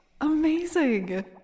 Amazing